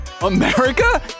America